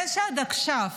זה שעד עכשיו,